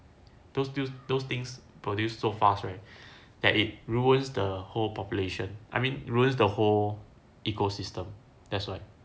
those those things produced so fast right that it ruins the whole population I mean ruins the whole ecosystem that's why